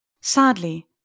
Sadly